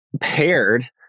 paired